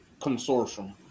consortium